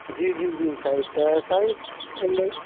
जी जी जी साईं त साईं हैलो